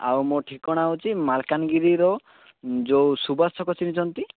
ଆଉ ମୋ ଠିକଣା ହେଉଛି ମାଲକାନଗିରିର ର ଯେଉଁ ସୁବାସ ଛକ ଚିହ୍ନିଛନ୍ତି